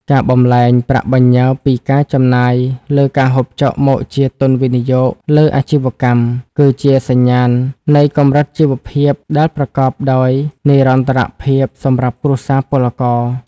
ការបំប្លែងប្រាក់បញ្ញើពី "ការចំណាយលើការហូបចុក" មកជា "ទុនវិនិយោគលើអាជីវកម្ម" គឺជាសញ្ញាណនៃកម្រិតជីវភាពដែលប្រកបដោយនិរន្តរភាពសម្រាប់គ្រួសារពលករ។